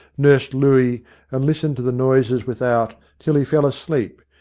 nursed looey and listened to the noises without till he fell asleep,